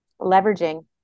leveraging